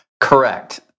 Correct